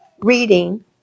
reading